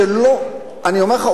אני אומר לך,